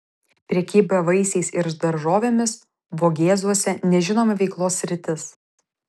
prekyba vaisiais ir daržovėmis vogėzuose nežinoma veiklos sritis